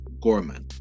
Gorman